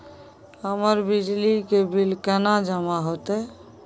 हमर बिजली के बिल केना जमा होते?